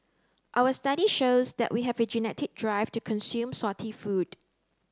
our study shows that we have a genetic drive to consume salty food